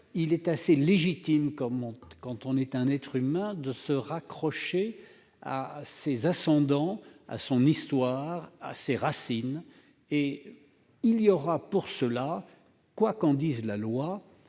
Il est assez légitime, quand on est un être humain, de se raccrocher à ses ascendants, à son histoire, à ses racines. Il y aura, pour cela, quoiqu'en dise la loi,